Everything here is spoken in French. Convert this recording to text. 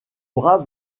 bras